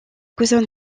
cousin